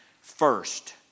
first